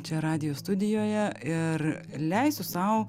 čia radijo studijoje ir leisiu sau